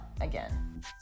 again